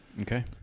Okay